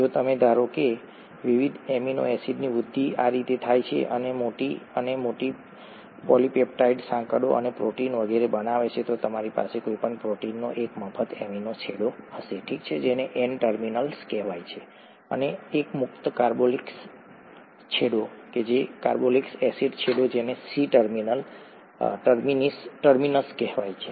જો તમે ધારો કે વિવિધ એમિનો એસિડની વૃદ્ધિ આ રીતે થાય છે અને મોટી અને મોટી પોલિપેપ્ટાઈડ સાંકળો અને પ્રોટીન વગેરે બનાવે છે તો તમારી પાસે કોઈપણ પ્રોટીનનો એક મફત એમિનો છેડો હશે ઠીક છે જેને N ટર્મિનસ કહેવાય છે અને એક મુક્ત કાર્બોક્સિલ છેડો કાર્બોક્સિલિક એસિડ છેડો જેને C ટર્મિનસ કહેવાય છે